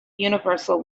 universal